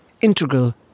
integral